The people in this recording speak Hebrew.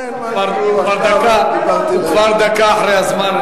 הוא כבר דקה אחרי הזמן,